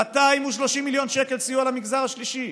230 מיליון שקל סיוע למגזר השלישי.